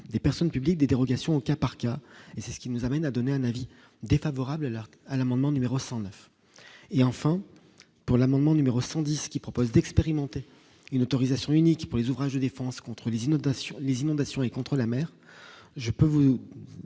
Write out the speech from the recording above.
des personnes publiques des dérogations au cas par cas et c'est ce qui nous amène à donner un avis défavorable à l'arc à l'amendement numéro 109 et enfin pour l'amendement numéro 110 qui propose d'expérimenter une autorisation unique pour les ouvrages de défense contre les inondations, les inondations et contre la mère, je peux vous